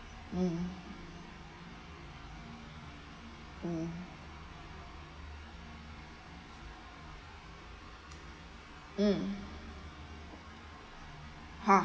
um mm ha